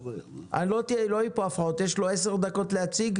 לא יהיו פה הפרעות, יש לו עשר דקות להציג.